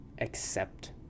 accept